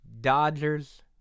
Dodgers